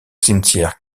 cimetière